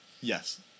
Yes